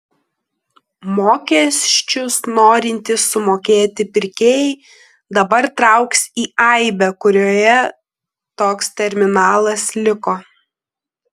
mokesčius norintys sumokėti pirkėjai dabar trauks į aibę kurioje toks terminalas liko